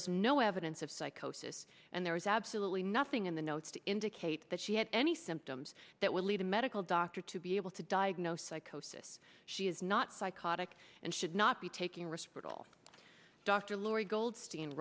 was no evidence of psychosis and there was absolutely nothing in the notes to indicate that she had any symptoms that would lead a medical doctor to be able to diagnose psychosis she is not psychotic and should not be taking risks with all dr laurie goldste